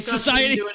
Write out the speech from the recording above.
Society